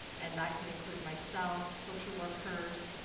and that could include myself, social workers,